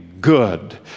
good